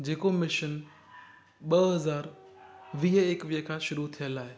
जे को मिशन ॿ हज़ार वीह एकवीह खां शुरू थियल आहे